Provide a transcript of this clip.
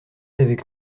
avec